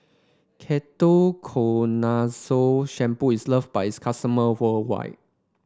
Ketoconazole Shampoo is loved by its customer worldwide